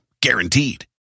Guaranteed